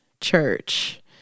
church